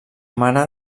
mare